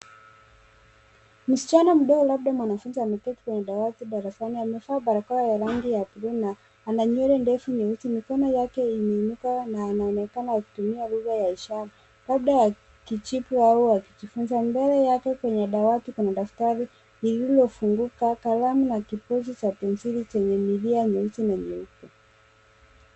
Msichana mdogo labda mwanafunzi ameketi kwenye dawati darasani. Amevaa barakoa ya rangi ya buluu na ana nywele ndefu nyeusi. Mikono yake imeinuka na anaonekana akitumia lugha ya ishara labda akijibu au akijifunza. Mbele yake kwenye dawati kuna daftari lililo funguka, kalamu na kiposhi cha penseli chenye nyeusi na nyeupe.